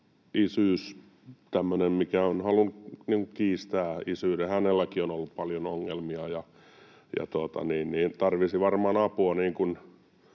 esillä tämmöinen henkilö, joka on halunnut kiistää isyyden. Hänelläkin on ollut paljon ongelmia, ja tarvitsisi varmaan apua